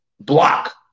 block